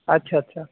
আচ্ছা আচ্ছা